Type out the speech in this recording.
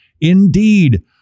Indeed